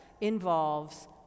involves